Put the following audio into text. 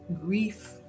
grief